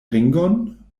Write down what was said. ringon